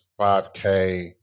5K